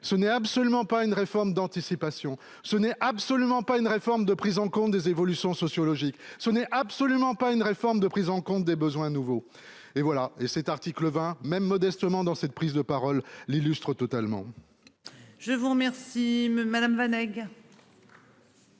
Ce n'est absolument pas une réforme d'anticipation ce n'est absolument pas une réforme de prise en compte des évolutions sociologiques. Ce n'est absolument pas une réforme de prise en compte des besoins nouveaux. Et voilà et cet article 20 même modestement dans cette prise de parole, l'illustre totalement. Je vous remercie madame Vaneck.